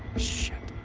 shit!